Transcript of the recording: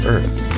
Earth